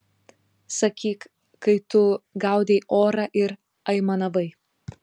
sakyk kai tu gaudei orą ir aimanavai